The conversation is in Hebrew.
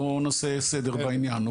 בואו נעשה סדר בעניין,